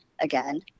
again